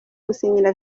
gusinyira